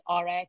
RX